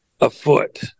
afoot